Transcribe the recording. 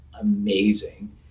amazing